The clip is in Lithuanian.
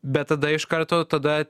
bet tada iš karto tada